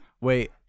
Wait